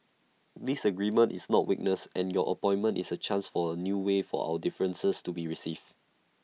disagreement is not weakness and your appointment is A chance for A new way for our differences to be received